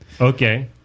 Okay